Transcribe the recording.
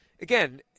again